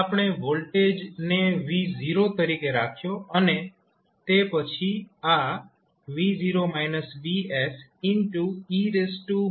આપણે વોલ્ટેજને V0 તરીકે રાખ્યો અને તે પછી આ e t છે